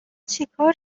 چیکار